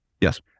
Yes